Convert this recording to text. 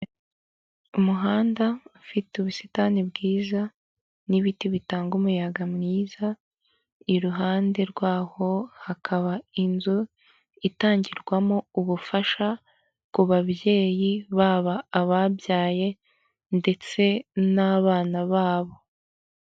Umuhanda ufite ubusitani bwiza n'ibiti bitanga umuyaga mwiza, iruhande rw'aho hakaba inzu itangirwamo ubufasha ku babyeyi baba ababyaye ndetse n'abana babo.